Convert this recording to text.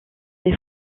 des